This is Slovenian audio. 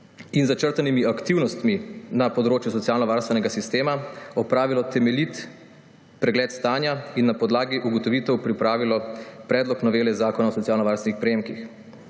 in z začrtanimi aktivnostmi na področju socialnovarstvenega sistema opravila temeljit pregled stanja in na podlagi ugotovitev pripravila predlog novele Zakona o socialno varstvenih prejemkih.